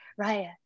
Raya